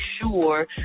sure